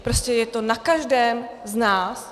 Prostě je to na každém z nás.